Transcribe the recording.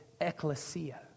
ecclesia